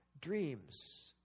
Dreams